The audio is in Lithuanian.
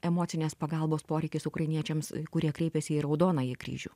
emocinės pagalbos poreikis ukrainiečiams kurie kreipiasi į raudonąjį kryžių